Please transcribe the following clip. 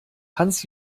hans